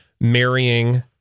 marrying